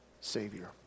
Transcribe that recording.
savior